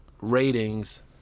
ratings